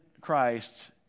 Christ